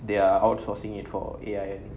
they are outsourcing it for A_I